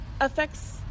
affects